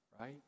right